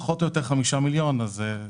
פחות או יותר 5 מיליון שקלים.